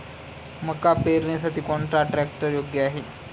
मका पेरणीसाठी कोणता ट्रॅक्टर योग्य आहे?